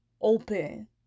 open